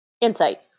Insight